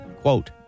quote